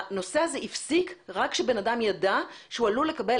הנושא הזה הפסיק רק שבן אדם ידע שהוא עלול לקבל